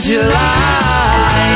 July